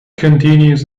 continues